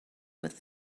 with